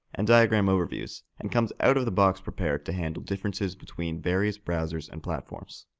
and diagram overviews, and comes out-of-the-box prepared to handle differences between various browsers and platforms.